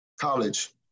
college